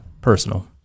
personal